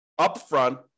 upfront